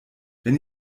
wenn